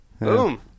Boom